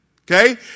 okay